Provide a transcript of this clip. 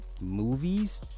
movies